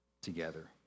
together